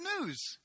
news